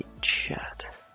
chat